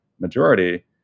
majority